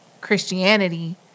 Christianity